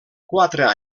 quatre